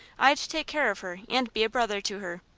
i'd take care of her and be a brother to her.